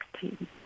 team